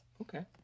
Okay